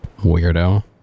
Weirdo